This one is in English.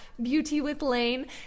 BeautyWithLane